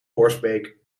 borsbeek